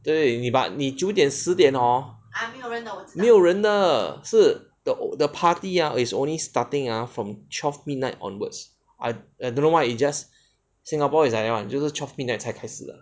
对你把你九点十点哦没有人的是 the party ah is only starting from twelve midnight onwards I I don't know why it's just singapore is like that [one] 就是 twelve midnight 才开始